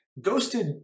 Ghosted